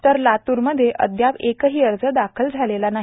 तर लातूर मध्ये अद्याप एकही अर्ज दाखल झालेला नाही